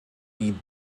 die